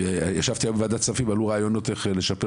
ישבתי היום בוועדת כספים ועלו רעיונות איך לשפר